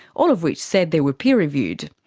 all of which said they were peer reviewed.